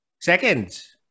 seconds